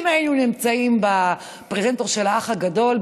אם היינו נמצאים בפרזנטור של האח הגדול,